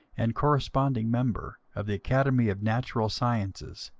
and corresponding member of the academy of natural sciences,